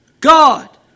God